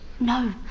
No